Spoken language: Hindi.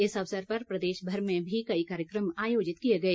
इस अवसर पर प्रदेशभर में भी कई कार्यक्रम आयोजित किए गए